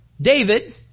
David